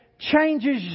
changes